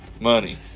money